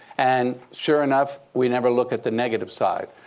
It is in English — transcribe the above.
and sure enough, we never look at the negative side.